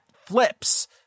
flips